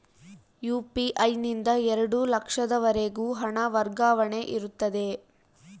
UPI ನಿಂದ ಎರಡು ಲಕ್ಷದವರೆಗೂ ಹಣ ವರ್ಗಾವಣೆ ಇರುತ್ತದೆಯೇ?